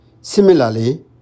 Similarly